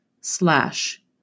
slash